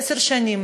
עשר שנים,